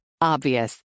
obvious